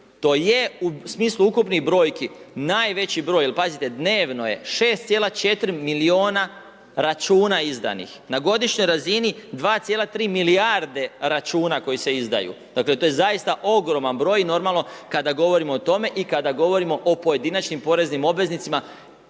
To je u smislu ukupnih brojki, najveći broj, jer pazite, dnevno je 6,4 milijuna računa izdanih. Na godišnjoj razini 2,3 milijarde računa koji se izdaje. To je zaista ogroman broj, normalno kada govorimo o tome i kada govorimo o pojedinačnim poreznim obveznicima